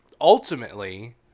ultimately